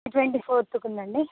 twenty ఫోర్త్కు ఉండండి